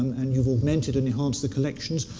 and you've augmented and enhanced the collections,